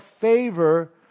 favor